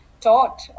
taught